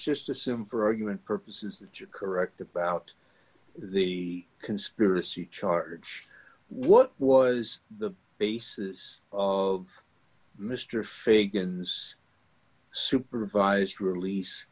just assume for argument purposes that you're correct about the conspiracy charge what was the basis of mr freeh supervised release